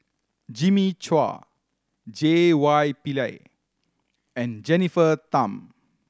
Jimmy Chua J Y Pillay and Jennifer Tham